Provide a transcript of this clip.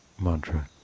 Mantra